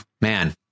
man